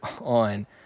on